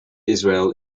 israel